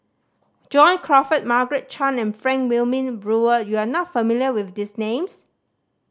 John Crawfurd Margaret Chan and Frank Wilmin Brewer you are not familiar with these names